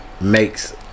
Makes